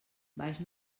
baix